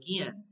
again